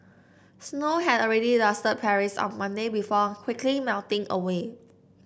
snow had already dusted Paris on Monday before quickly melting away